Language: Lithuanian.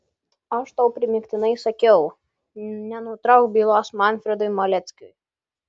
aš tau primygtinai sakau nenutrauk bylos manfredui maleckiui